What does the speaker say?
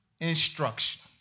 instruction